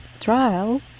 Trial